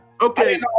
Okay